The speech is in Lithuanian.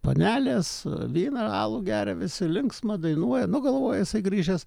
panelės vyną alų geria visi linksma dainuoja nu galvoju jisai grįžęs